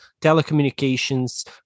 telecommunications